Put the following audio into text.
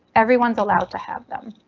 everyone's allowed to have them.